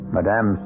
Madame